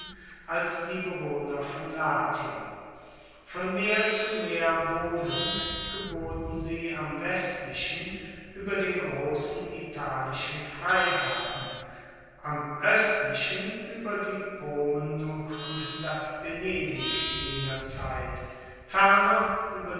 als die bewohner von latium von meer zu meer wohnend geboten sie am westlichen ueber den grossen italischen freihafen am oestlichen ueber die pomuendung und das venedig jener zeit ferner ueber